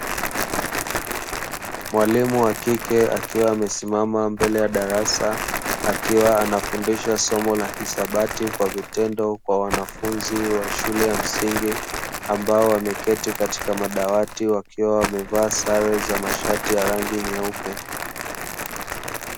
Mwalimu wa kike akiwa amesimama mbele ya darasa, akiwa anafundisha somo la hisabati kwa vitendo, kwa wanafunzi wa shule ya msingi; ambao wameketi katika madawati, wakiwa wamevaa sare za mashati ya rangi nyeupe.